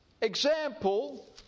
example